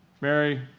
Mary